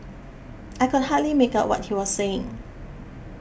I could hardly make out what he was saying